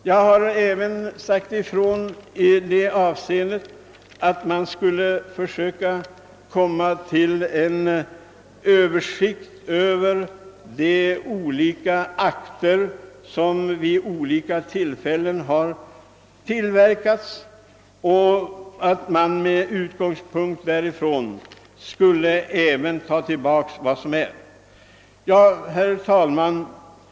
Vidare har jag framhållit att man skulle försöka få till stånd en översikt över de olika akter som vid olika tillfällen har utarbetats och med utgångspunkt däri ta tillbaka vad som kan finnas.